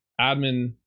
admin